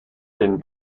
den